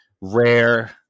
Rare